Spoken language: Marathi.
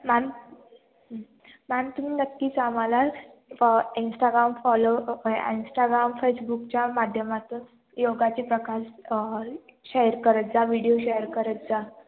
मॅम मॅम तुम्ही नक्कीच आम्हाला फॉ इंस्टाग्राम फॉलो इन्स्टाग्राम फेसबुकच्या माध्यमातून योगाचे प्रकार शेअर करत जा व्हिडिओ शेअर करत जा